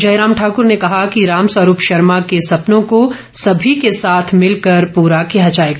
जयराम ठाकुर ने कहा कि रामस्वरूप शर्मा के सपनों को सभी के साथ मिलकर पूरा किया जाएगा